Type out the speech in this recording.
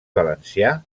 valencià